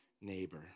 neighbor